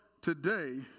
today